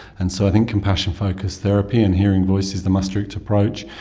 and so i think compassion focused therapy and hearing voices, the maastricht approach,